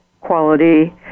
quality